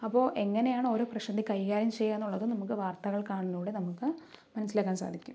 അപ്പോൾ എങ്ങനെയാണ് ഓരോ പ്രശ്നത്തിൽ കൈകാര്യം ചെയ്യുകയെന്നുള്ളത് നമുക്ക് വാർത്തകൾ കാണുന്നതിലൂടെ നമുക്ക് മനസ്സിലാക്കാൻ സാധിക്കും